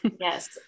Yes